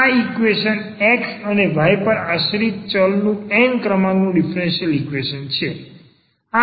આ equation x અને y પર આશ્રિત ચલનું n ક્રમાંકનું ડીફરન્સીયલ ઈક્વેશન છે